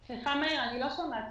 סליחה, מאיר, אני לא שומעת.